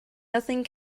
nothing